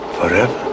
forever